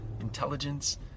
intelligence